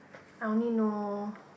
I know only